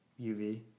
UV